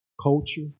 culture